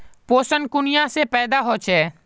पोषण कुनियाँ से पैदा होचे?